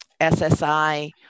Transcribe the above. SSI